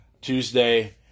Tuesday